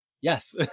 yes